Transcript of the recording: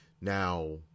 now